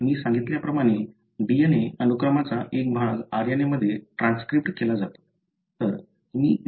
आता मी सांगितल्याप्रमाणे DNA अनुक्रमाचा एक भाग RNA मध्ये ट्रान्सक्रिबड केला जातो